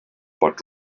pot